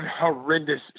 horrendous